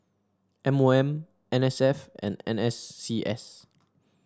M O M N S F and N S C S